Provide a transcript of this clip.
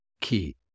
key